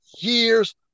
years